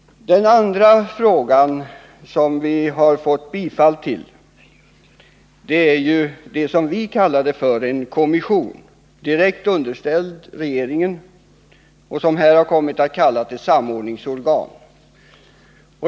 Den andra begäran som vi har fått stöd för är tillsättandet av vad vi kallat en kommission, direkt underställd regeringen, och som här har kommit att betecknas som ett samordningsorgan.